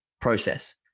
process